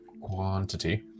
quantity